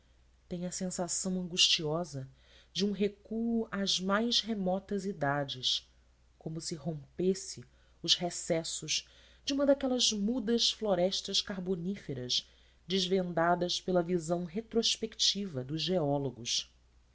tem a sensação angustiosa de um recuo às mais remotas idades como se rompesse os recessos de uma daquelas mudas florestas carboníferas desvendadas pela visão retrospectiva dos geólogos